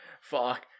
Fuck